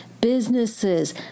businesses